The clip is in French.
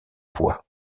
poids